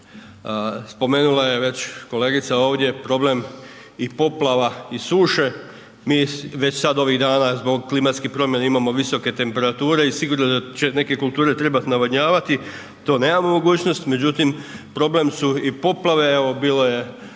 Spomenula je već kolegica ovdje problem i poplava i suše. Mi već sad ovih dana zbog klimatskih promjena imamo visoke temperature i sigurno će neke kulture trebati navodnjavati. To nemamo mogućnost, međutim, problem su i poplave, evo, bilo je